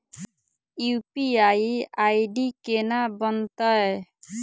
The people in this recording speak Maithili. यु.पी.आई आई.डी केना बनतै?